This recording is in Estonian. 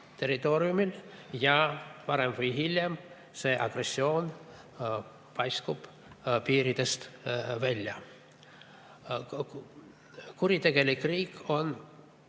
territooriumil ja varem või hiljem see agressioon paiskub piiridest välja. Kuritegelik riik on